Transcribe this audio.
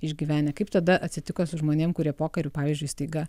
išgyvenę kaip tada atsitiko su žmonėm kurie pokariu pavyzdžiui staiga